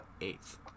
eighth